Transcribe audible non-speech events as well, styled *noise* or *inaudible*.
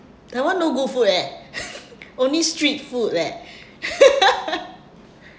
taiwan no good food eh *laughs* only street food leh *breath* *laughs*